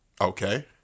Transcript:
Okay